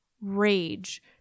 rage